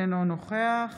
אינו נוכח